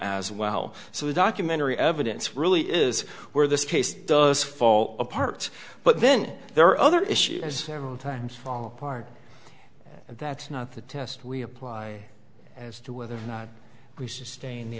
as well so the documentary evidence really is where this case does fall apart but then there are other issues as times fall apart and that's not the test we apply as to whether or not we sustain the